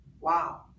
Wow